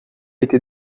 était